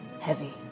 heavy